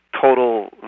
total